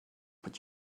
but